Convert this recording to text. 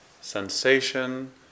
sensation